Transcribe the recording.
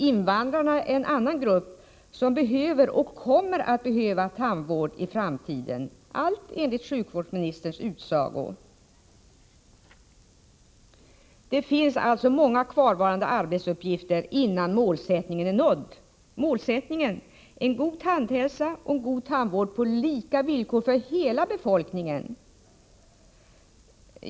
Invandrarna är en annan grupp som kommer att behöva tandvård i framtiden, allt enligt sjukvårdsministerns utsago. Det finns alltså många kvarvarande arbetsuppgifter innan målsättningen är nådd. Och målsättningen är ju en god tandhälsa och en god tandvård på lika villkor för hela befolkningen.